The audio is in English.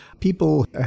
people